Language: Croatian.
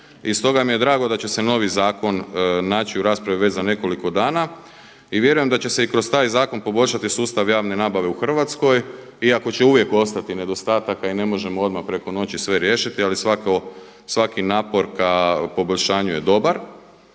I stoga mi je drago da će se novi zakon naći u raspravi već za nekoliko dana i vjerujem da će se i kroz taj zakon poboljšati sustav javne nabave u Hrvatskoj iako će uvijek ostati nedostataka i ne možemo odmah preko noći sve riješiti ali svaki napor ka poboljšanju je dobar.